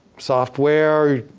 software,